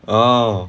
orh